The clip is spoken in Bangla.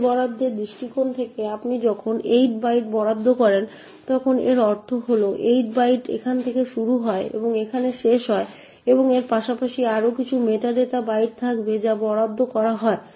মেমরি বরাদ্দের দৃষ্টিকোণ থেকে আপনি যখন 8 বাইট বরাদ্দ করেন তখন এর অর্থ হল 8 বাইট এখান থেকে শুরু হয় এবং এখানে শেষ হয় এবং এর পাশাপাশি আরও কিছু মেটা ডেটা বাইট থাকবে যা বরাদ্দ করা হয়